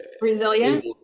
Resilient